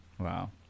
wow